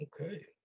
Okay